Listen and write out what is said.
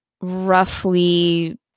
roughly